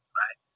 right